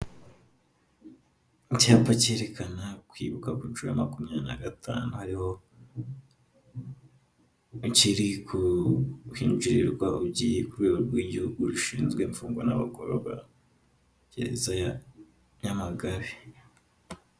Icyapa cyerekana ukwibuka ku ncuro ya makumyabiri na gatanu. Hariho, kiri kwinjirirwa ugiye ku rwego rw'igihugu rushinzwe imfungwa n'abagororwa, gereza ya Nyamagabe.